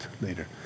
later